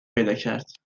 پیداکرد